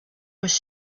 was